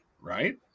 right